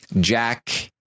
Jack